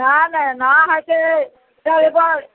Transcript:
धा नहि ना होइ छै तब अइपर